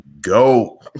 go